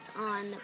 on